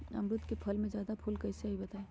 अमरुद क फल म जादा फूल कईसे आई बताई?